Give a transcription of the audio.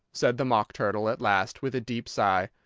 said the mock turtle at last, with a deep sigh,